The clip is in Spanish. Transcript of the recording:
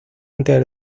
antes